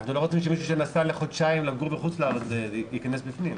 כי אנחנו לא רוצים שמישהו שנסע לחודשיים לגור בחוץ לארץ ייכנס בפנים,